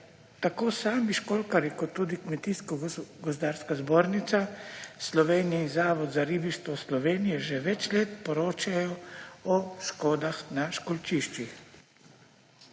Tako sami školjkarji kot tudi Kmetijsko gozdarska zbornica Slovenije in Zavoda za ribištvo Slovenije že več let poročajo o škodah na školjčiščih.